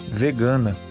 vegana